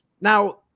Now